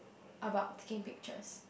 about taking pictures